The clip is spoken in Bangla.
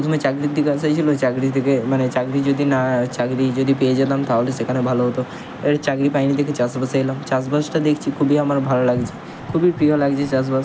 পোথমে চাকরির দিকে আশাই ছিলো চাকরি থেকে মানে চাকরি যদি না চাকরি যদি পেয়ে যেতাম তাহলে সেখানে ভালো হতো এবারে চাকরি পাই নি দেখে চাষবাসে এলাম চাষবাসটা দেখছি খুবই আমার ভালো লাগছে খুবই প্রিয় লাগছে চাষবাস